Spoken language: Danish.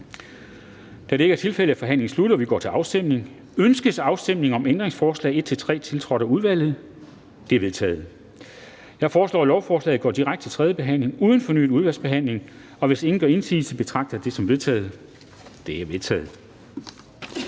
Kl. 14:08 Afstemning Formanden (Henrik Dam Kristensen): Ønskes afstemning om ændringsforslag nr. 1 og 2, tiltrådt af udvalget? De er vedtaget. Jeg foreslår, at lovforslaget går direkte til tredje behandling uden fornyet udvalgsbehandling. Hvis ingen gør indsigelse, betragter jeg det som vedtaget. Det er vedtaget.